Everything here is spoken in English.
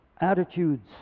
attitudes